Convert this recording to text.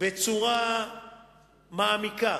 בצורה מעמיקה